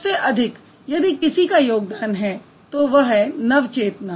सबसे अधिक यदि किसी का योगदान है तो वह है नवचेतना